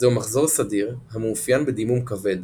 זהו מחזור סדיר המאופיין בדימום כבד